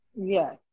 Yes